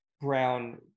brown